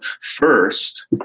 First